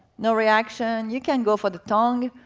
no reaction, you can go for the tongue.